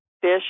fish